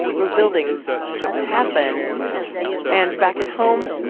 those buildings don't happen and back at home,